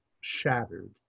shattered